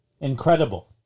Incredible